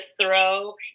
throw